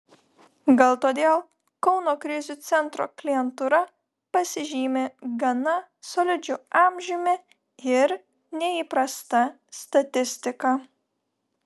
gal todėl kauno krizių centro klientūra pasižymi gana solidžiu amžiumi ir neįprasta statistika